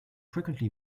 frequently